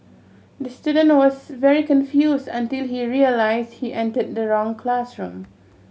the student was very confused until he realised he entered the wrong classroom